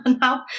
Now